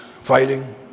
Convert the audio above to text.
fighting